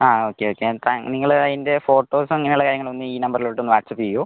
ആ okay okay എന്താ നിങ്ങൾ അതിൻ്റെ ഫോട്ടോസ് അങ്ങനെയുള്ള കാര്യങ്ങൾ ഒന്ന് ഈ നമ്പറിലോട്ട് ഒന്ന് വാട്ട്സ്അപ്പ് ചെയ്യുമോ